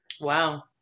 Wow